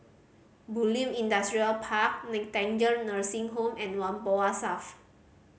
Bulim Industrial Park Nightingale Nursing Home and Whampoa South